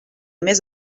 més